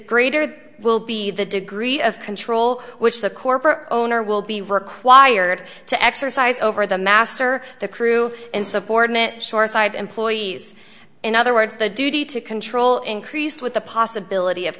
greater will be the degree of control which the corporate owner will be required to exercise over the master the crew and subordinate shoreside employees in other words the duty to control increased with the possibility of